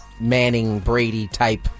Manning-Brady-type